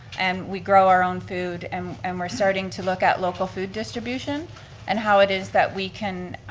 and we grow our own food and um we're starting to look at local food distribution and how it is that we can